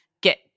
get